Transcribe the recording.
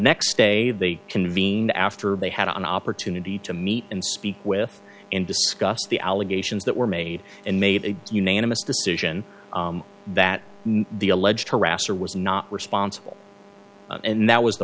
next day they convened after they had an opportunity to meet and speak with and discuss the allegations that were made and made a unanimous decision that the alleged harasser was not responsible and that was the